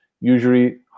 usually